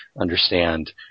Understand